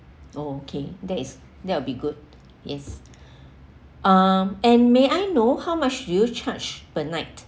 oh okay that is that will be good yes um and may I know how much do you charge per night